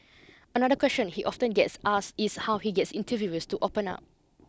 another question he often gets asked is how he gets interviewees to open up